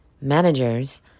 managers